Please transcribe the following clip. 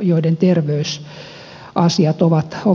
joiden terveysasiat ovat retuperällä